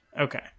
okay